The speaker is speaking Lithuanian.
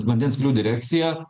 vandens kelių direkcija